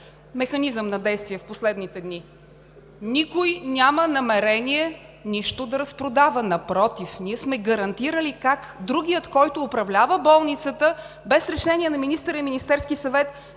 механизъм на действие в последните дни. Никой няма намерение нищо да разпродава. Напротив – ние сме гарантирали как другият, който управлява болницата, без решение на министъра и на Министерския съвет